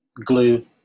glue